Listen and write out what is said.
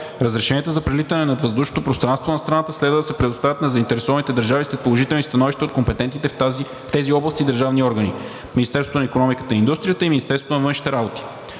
разрешенията за прелитане над въздушното пространство на страната следва да се предоставят на заинтересованите държави след положителни становища от компетентните в тези области държавни органи – Министерството на икономиката и индустрията и Министерството на външните работи.